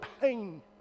pain